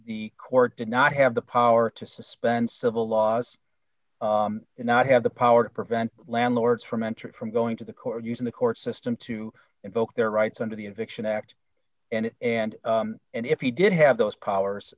the court did not have the power to suspend civil laws and not have the power to prevent landlords from entering from going to the core using the court system to invoke their rights under the infection act and and and if he did have those powers